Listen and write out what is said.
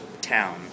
town